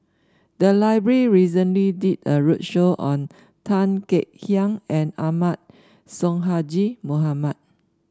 the library recently did a roadshow on Tan Kek Hiang and Ahmad Sonhadji Mohamad